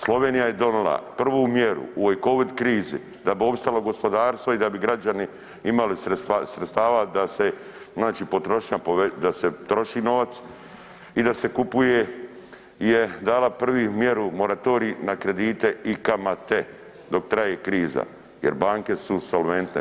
Slovenija je donila prvu mjeru u ovoj covid krizi da bi opstalo gospodarstvo i da bi građani imali sredstava da se, znači potrošnja poveća, da se troši novac i da se kupuje je dala prvi mjeru moratorij na kredite i kamate dok traje kriza jer banke su solventne.